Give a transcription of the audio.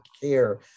care